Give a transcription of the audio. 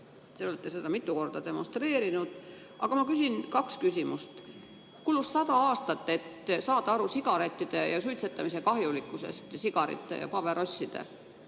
te olete seda mitu korda demonstreerinud. Aga ma küsin kaks küsimust. Kulus sada aastat, et saada aru sigarettide ja suitsetamise kahjulikkusest – sigarettide ja paberosside.